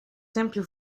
tempio